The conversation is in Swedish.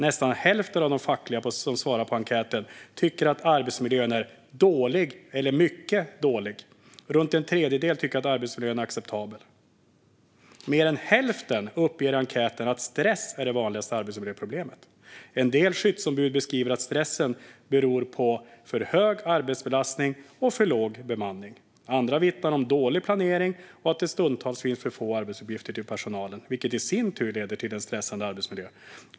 Nästan hälften av de fackliga som svarat på enkäten tycker att arbetsmiljön är dålig eller mycket dålig. Runt en tredjedel tycker att arbetsmiljön är acceptabel . Mer än hälften uppger i enkäten att stress är det vanligaste arbetsmiljöproblemet. En del skyddsombud beskriver att stressen beror på för hög arbetsbelastning och för låg bemanning. Andra vittnar om dålig planering och att det stundtals finns för få arbetsuppgifter för personalen, vilket i sin tur leder till en stressande arbetsmiljö."